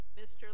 Mr